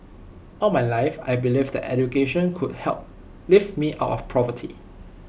all my life I believed that education could help lift me out of poverty